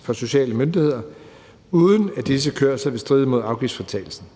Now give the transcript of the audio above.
for sociale myndigheder, uden at disse kørsler vil stride mod afgiftsfritagelsen.